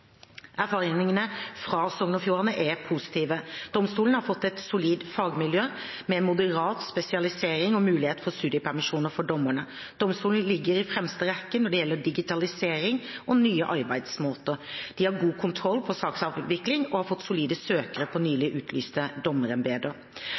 Erfaringene fra Sogn og Fjordane er positive. Domstolen har fått et solid fagmiljø, med moderat spesialisering og muligheter for studiepermisjoner for dommerne. Domstolen ligger i fremste rekke når det gjelder digitalisering og nye arbeidsmåter, har god kontroll på saksavviklingen og har fått solide søkere på